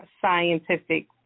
scientific